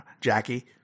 Jackie